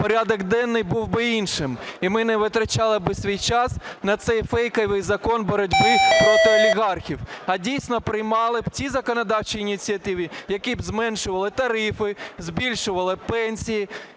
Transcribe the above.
порядок денний був би іншим, і ми не витрачали би свій час на цей фейковий закон боротьби проти олігархів. А, дійсно, приймали б ті законодавчі ініціативи, які б зменшували тарифи, збільшували пенсії